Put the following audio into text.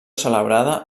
celebrada